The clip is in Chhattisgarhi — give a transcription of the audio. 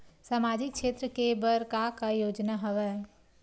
सामाजिक क्षेत्र के बर का का योजना हवय?